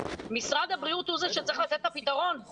משרד הבריאות הוא זה שצריך לתת את הפתרון.